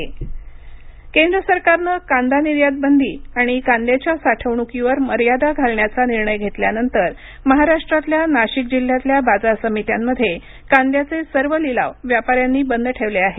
शरद पवार केंद्र सरकारनं कांदा निर्यात बंदी आणि कांद्याच्या साठवणुकीवर मर्यादा घालण्याचा निर्णय घेतल्यानंतर महाराष्ट्रातल्या नाशिक जिल्ह्यातल्या बाजार समित्यांमध्ये कांद्याचे सर्व लिलाव व्यापाऱ्यांनी बंद ठेवले आहेत